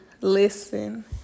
listen